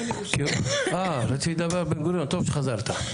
אה, טוב שחזרת.